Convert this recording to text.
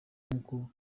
nk’uko